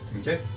Okay